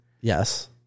yes